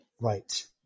Right